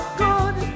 good